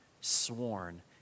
sworn